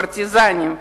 פרטיזנים,